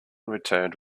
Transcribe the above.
returned